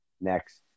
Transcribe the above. next